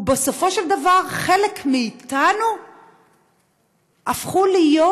בסופו של דבר חלק מאתנו הפכו להיות,